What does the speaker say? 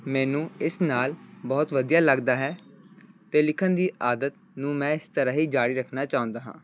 ਮੈਨੂੰ ਇਸ ਨਾਲ ਬਹੁਤ ਵਧੀਆ ਲੱਗਦਾ ਹੈ ਅਤੇ ਲਿਖਣ ਦੀ ਆਦਤ ਨੂੰ ਮੈਂ ਇਸ ਤਰ੍ਹਾਂ ਹੀ ਜਾਰੀ ਰੱਖਣਾ ਚਾਹੁੰਦਾ ਹਾਂ